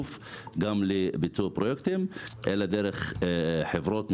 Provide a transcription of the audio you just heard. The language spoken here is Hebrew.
תעדוף גם לביצוע פרויקטים דרך חברות מנהלות.